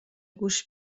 گوش